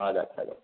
हां धाडटा धाडटा